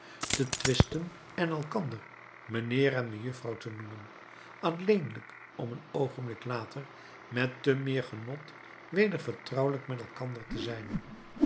te twisten en elkander mijnheer en mejuffrouw te noemen alleenlijk om een oogenblik later met te meer genot weder vertrouwelijk met elkander te zijn